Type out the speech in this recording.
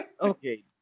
Okay